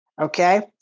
Okay